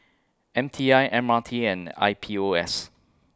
M T I M R T and I P O S